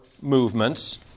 movements